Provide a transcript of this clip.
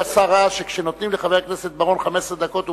אדוני השר ראה שכשנותנים לחבר הכנסת בר-און 15 דקות,